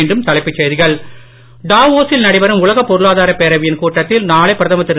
மீண்டும் தலைப்புச் செய்திகள் டாவோசில் நடைபெறும் உலகப் பொருளாதார பேரவையின் கூட்டத்தில் நாளை பிரதமர் திரு